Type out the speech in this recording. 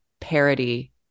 parody